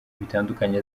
bitandukanye